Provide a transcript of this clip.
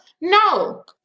No